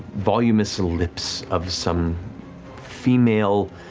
voluminous ah lips of some female,